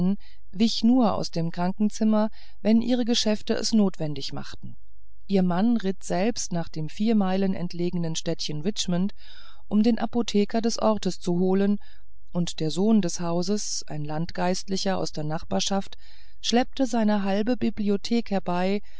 wich nur aus dem krankenzimmer wenn ihre geschäfte es notwendig machten ihr mann ritt selbst nach dem vier meilen entlegenen städtchen richmond um den apotheker des orts zu holen und der sohn des hauses ein landgeistlicher aus der nachbarschaft schleppte seine halbe bibliothek herbei